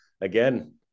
again